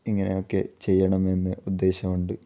ഇങ്ങനെ ഒക്കെ ചെയ്യണമെന്ന് ഉദ്ദേശമുണ്ട്